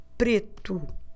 preto